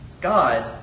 God